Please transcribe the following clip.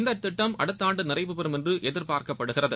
இந்தத் திட்டம் அடுத்த ஆண்டு நிறைவு பெறும் என்று எதிர்பார்க்கப்படுகிறது